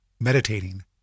meditating